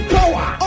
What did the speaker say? Power